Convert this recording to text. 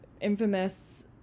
infamous